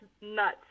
nuts